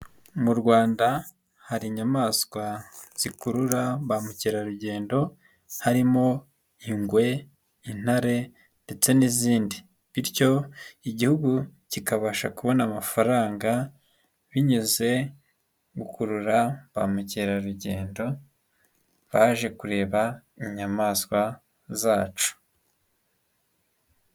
Mu Rwanda hari inyamaswa zikurura ba mukerarugendo harimo: ingwe, intare ndetse n'izindi, bityo Igihugu kikabasha kubona amafaranga binyuze mu gukurura ba mukerarugendo baje kureba inyamaswa zacu.